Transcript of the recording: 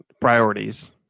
priorities